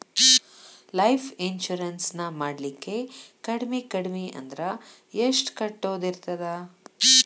Life insurance ನ ಮಾಡ್ಲಿಕ್ಕೆ ಕಡ್ಮಿ ಕಡ್ಮಿ ಅಂದ್ರ ಎಷ್ಟ್ ಕಟ್ಟೊದಿರ್ತದ?